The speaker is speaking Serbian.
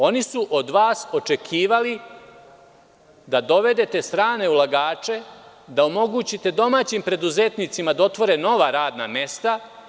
Oni su od vas očekivali da dovedete strane ulagače, da omogućite domaćim preduzetnicima da otvore nova radna mesta.